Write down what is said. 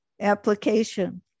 Application